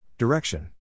Direction